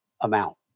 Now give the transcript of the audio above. amount